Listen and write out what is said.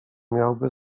miałby